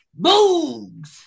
Boogs